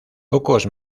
pocos